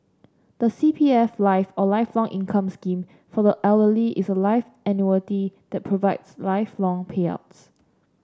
the C P F Life or Lifelong Income Scheme for the Elderly is a life annuity that provides lifelong payouts